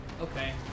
Okay